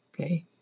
Okay